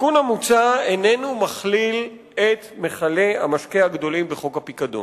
התיקון המוצע איננו מכליל את מכלי המשקה הגדולים בחוק הפיקדון.